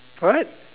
what